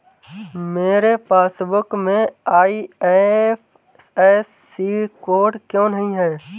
मेरे पासबुक में IFSC code क्यो नहीं है?